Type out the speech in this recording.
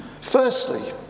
Firstly